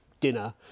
dinner